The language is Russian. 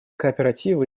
кооперативы